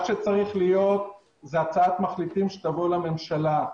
מה שצריך להיות זאת הצעת מחליטים שתבוא לממשלה.